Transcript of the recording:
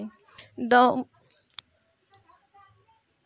परवल खातिर दोमट माटी ठीक रही कि बलुआ माटी?